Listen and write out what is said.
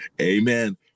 Amen